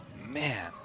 man